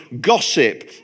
gossip